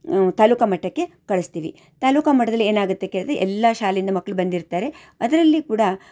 ತಾಲೂಕು ಮಟ್ಟಕ್ಕೆ ಕಳಿಸ್ತೀವಿ ತಾಲೂಕು ಮಟ್ಟದಲ್ಲಿ ಏನಾಗುತ್ತೆ ಕೇಳಿದ್ರೆ ಎಲ್ಲ ಶಾಲೆಯಿಂದ ಮಕ್ಕಳು ಬಂದಿರ್ತಾರೆ ಅದರಲ್ಲಿ ಕೂಡ